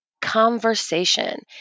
conversation